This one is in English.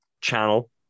channel